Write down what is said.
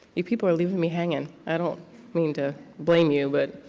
you people are leaving me hanging. i don't mean to blame you. but